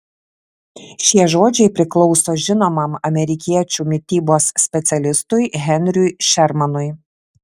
šie žodžiai priklauso žinomam amerikiečių mitybos specialistui henriui šermanui